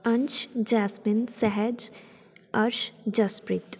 Ansh Jasmine Sahaj Arsh Jaspreet